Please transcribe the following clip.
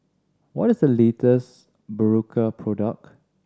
what is the latest Berocca product